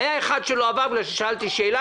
היה אחד שלא עבר בגלל ששאלתי שאלה